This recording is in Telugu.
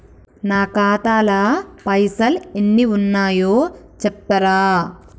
నా ఖాతా లా పైసల్ ఎన్ని ఉన్నాయో చెప్తరా?